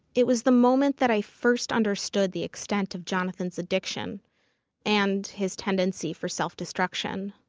it was the moment that i first understood the extent of jonathan's addiction and his tendency for self-destruction.